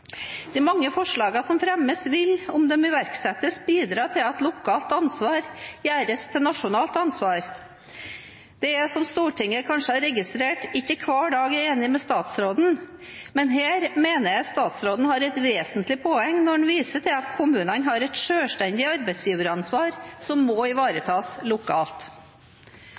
De mange forslagene som fremmes, vil, om de iverksettes, bidra til at lokalt ansvar gjøres til nasjonalt ansvar. Det er, som Stortinget kanskje har registrert, ikke hver dag jeg er enig med statsråden. Men her mener jeg statsråden har et vesentlig poeng når han viser til at kommunene har et selvstendig arbeidsgiveransvar som må ivaretas lokalt.